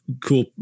cool